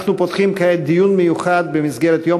אנחנו פותחים כעת דיון מיוחד במסגרת יום